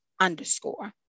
underscore